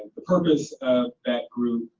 the purpose of that group,